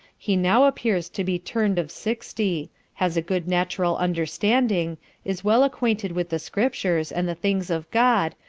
he now appears to be turn'd of sixty has a good natural understanding is well acquainted with the scriptures, and the things of god,